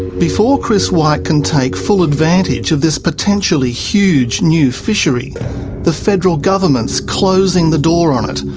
before chris white can take full advantage of this potentially huge new fishery the federal government is closing the door on it,